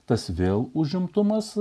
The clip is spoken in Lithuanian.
tas vėl užimtumas